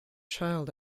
child